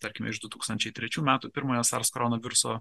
tarkim iš du tūkstančiai trečių metų pirmoje sars koronaviruso